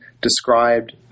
described